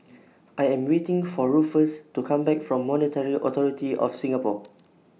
I Am waiting For Ruffus to Come Back from Monetary Authority of Singapore